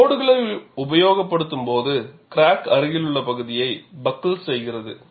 லோடுகளை உபயோகப்படுத்தும் போது கிராக் அருகிலுள்ள பகுதியை பக்கல் செய்கிறது